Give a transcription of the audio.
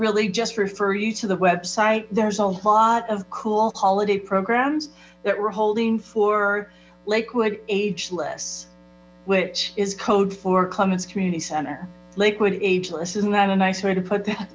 really just refer you to the website there's a lot of cool holiday programs that we're holding for lakewood age less which is code for clements community center lakewood ageless isn't that a nice way to put